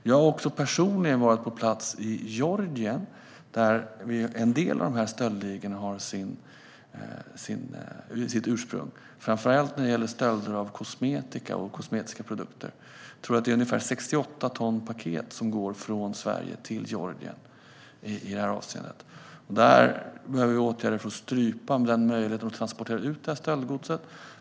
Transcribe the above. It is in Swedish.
Jag har personligen varit på plats i Georgien, där en del av stöldligorna har sitt ursprung. Det gäller framför allt stölder av kosmetika och kosmetiska produkter. Jag tror att det är ungefär 68 ton paket som går från Sverige till Georgien i det avseendet. Vi behöver åtgärder för att strypa möjligheten att transportera ut stöldgodset.